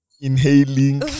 inhaling